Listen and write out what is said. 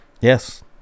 Yes